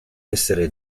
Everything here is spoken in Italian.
essere